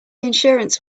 insurance